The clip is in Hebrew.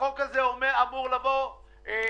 החוק הזה אמור לבוא עם